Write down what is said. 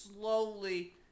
slowly